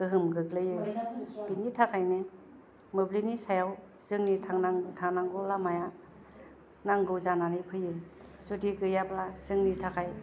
गोहोम गोग्लैयो बिनि थाखायनो मोब्लिबनि सायाव जोंनि थांनानै थानांगौ लामाया नांगौ जानानै फैयो जुदि गैयाब्ला जोंनि थाखाय